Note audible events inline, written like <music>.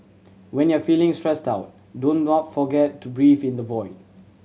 when you are feeling stressed out don't <unintelligible> forget to breathe in the void